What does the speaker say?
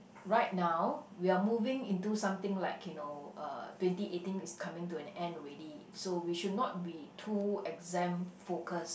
right now we are moving into something like you know uh twenty eighteen is coming to an end already so we should not be too exam focused